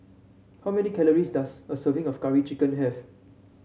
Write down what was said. how many calories does a serving of Curry Chicken have